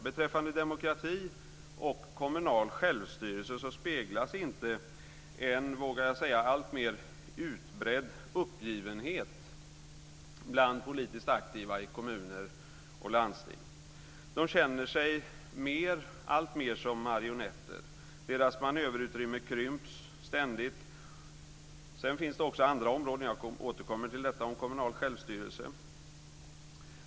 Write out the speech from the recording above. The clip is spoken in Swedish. Beträffande demokrati och kommunal självstyrelse speglas inte en, vågar jag säga, alltmer utbredd uppgivenhet bland politiskt aktiva i kommuner och landsting. De känner sig alltmer som marionetter. Deras manöverutrymme krymps ständigt. Sedan finns det också andra områden. Jag återkommer till detta med kommunal självstyrelse.